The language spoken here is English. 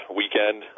weekend